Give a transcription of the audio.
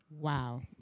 Wow